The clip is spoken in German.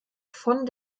von